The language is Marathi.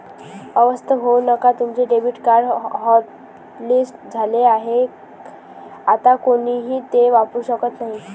अस्वस्थ होऊ नका तुमचे डेबिट कार्ड हॉटलिस्ट झाले आहे आता कोणीही ते वापरू शकत नाही